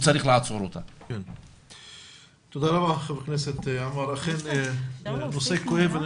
תודה רבה, חבר הכנסת עמאר, אכן נושא כואב.